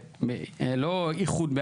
לא איחוד,